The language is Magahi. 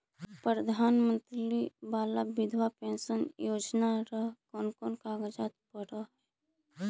प्रधानमंत्री बाला बिधवा पेंसन योजना ल कोन कोन कागज के जरुरत पड़ है?